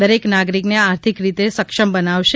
દરેક નાગરિકને આર્થિક રીતે સક્ષમ બનાવશે